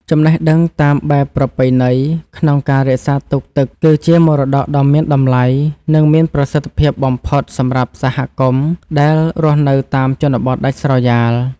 ចំណេះដឹងតាមបែបប្រពៃណីក្នុងការរក្សាទុកទឹកគឺជាមរតកដ៏មានតម្លៃ និងមានប្រសិទ្ធភាពបំផុតសម្រាប់សហគមន៍ដែលរស់នៅតាមជនបទដាច់ស្រយាល។